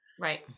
Right